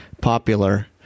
popular